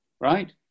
right